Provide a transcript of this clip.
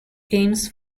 games